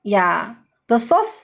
ya the sauce